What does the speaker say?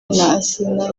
asinah